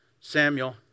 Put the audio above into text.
Samuel